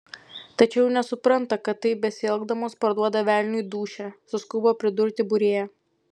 tačiau nesupranta kad taip besielgdamos parduoda velniui dūšią suskubo pridurti būrėja